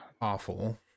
awful